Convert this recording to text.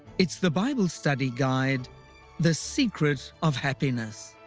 it's the bible study guide the secret of happiness.